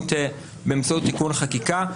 באמצעות תיקון חקיקה.